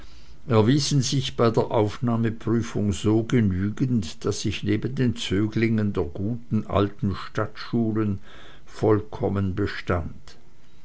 erwiesen sich bei der aufnahmeprüfung so genügend daß ich neben den zöglingen der guten alten stadtschulen vollkommen bestand